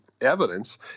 evidence